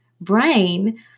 brain